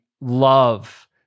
love